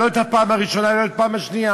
לא את הפעם הראשונה ולא את הפעם השנייה.